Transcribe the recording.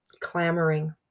Clamoring